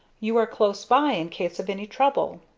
you are close by in case of any trouble.